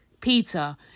Peter